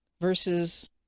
versus